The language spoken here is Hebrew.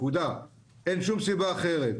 אין שום סיבה אחרת.